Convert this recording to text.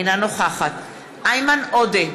אינה נוכחת איימן עודה,